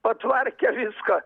patvarkė viską